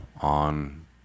on